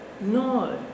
No